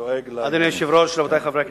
אדוני היושב-ראש, רבותי חברי הכנסת,